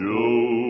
Joe